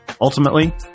Ultimately